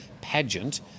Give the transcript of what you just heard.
pageant